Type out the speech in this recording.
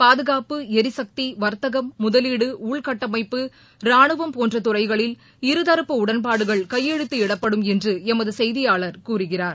பாதுகாப்பு எரிசக்தி வர்த்தகம் முதலீடு உள்கட்டமைப்பு ரானுவம் போன்ற துறைகளில் இருதரப்பு உடன்பாடுகள் கையெழுத்திடப்படும் என்று எமது செய்தியாளர் கூறுகிறார்